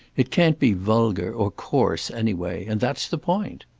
it can't be vulgar or coarse, anyway and that's the point.